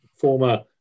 former